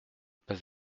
pas